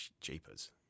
Jeepers